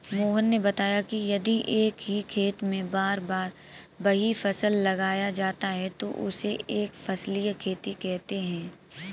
मोहन ने बताया कि यदि एक ही खेत में बार बार वही फसल लगाया जाता है तो उसे एक फसलीय खेती कहते हैं